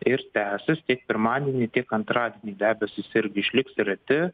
ir tęsis tiek pirmadienį tiek antradienį debesys irgi išliks reti